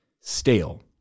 stale